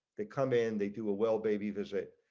they come in they do well baby visit.